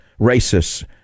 racists